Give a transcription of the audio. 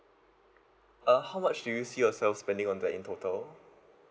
uh how much do you see yourself spending on that in total